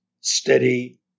steady